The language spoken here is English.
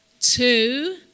two